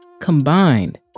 combined